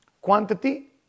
quantity